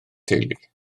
teulu